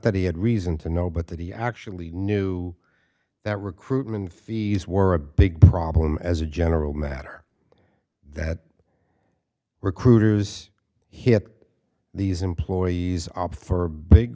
that he had reason to know but that he actually knew that recruitment fees were a big problem as a general matter that recruiters hit these employees opt for big